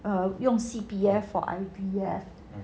用 C_P_F for I_V_F